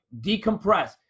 decompress